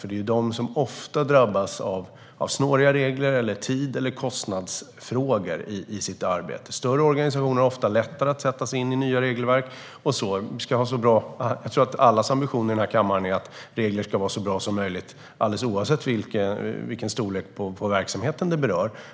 Det är nämligen ofta de som drabbas av snåriga regler och tids eller kostnadsfrågor i sitt arbete. Större organisationer har ofta lättare att sätta sig in i nya regelverk. Jag tror att ambitionen hos alla i den här kammaren är att reglerna ska vara så bra som möjligt, alldeles oavsett vilken storlek det är på verksamheten de berör.